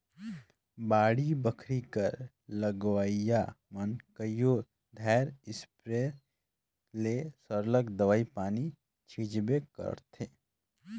बाड़ी बखरी कर लगोइया मन कइयो धाएर इस्पेयर ले सरलग दवई पानी छींचबे करथंे